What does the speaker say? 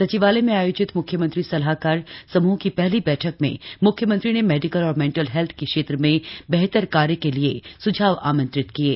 सचिवालय में आयोजित म्ख्यमंत्री सलाहकार समूह की पहली बैठक में म्ख्यमंत्री ने मेडिकल और मेंटल हेल्थ के क्षेत्र में बेहतर कार्य के लिए सुझाव आमंत्रित किये